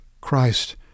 Christ